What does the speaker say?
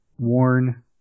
Worn